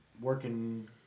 working